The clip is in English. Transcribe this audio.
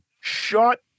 Shut